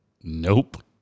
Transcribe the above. Nope